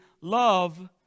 love